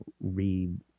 read